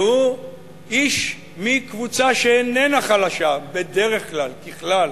שהוא איש מקבוצה שאיננה חלשה בדרך כלל, ככלל,